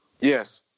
Yes